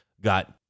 got